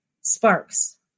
sparks